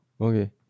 Okay